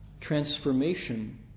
transformation